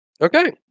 Okay